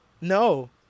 No